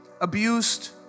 abused